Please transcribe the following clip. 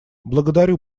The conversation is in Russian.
благодарю